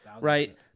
right